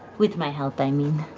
with my help, i mean.